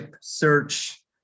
search